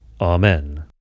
Amen